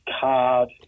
card